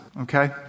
okay